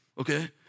okay